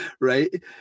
right